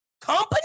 company